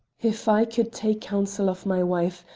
if i could take counsel of my wife!